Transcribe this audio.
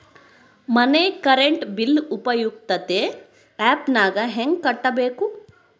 ಮನೆ current bill ಉಪಯುಕ್ತತೆ app ನಾಗ ಹೆಂಗ ಕಟ್ಟಬೇಕು?